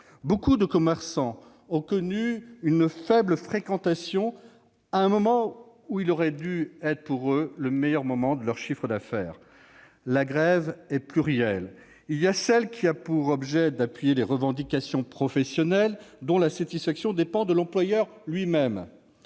Beaucoup de commerces ont connu une faible fréquentation au moment qui aurait dû être le plus favorable pour eux en termes de chiffre d'affaires. La grève est plurielle. Il y a celle qui a pour objet d'appuyer des revendications professionnelles dont la satisfaction dépend de l'employeur.